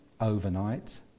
overnight